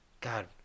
God